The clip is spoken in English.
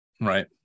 Right